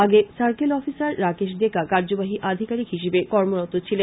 আগে circle officer Rakesh Deka কার্যবাহী আধিকারিক হিসেবে কর্মরত ছিলেন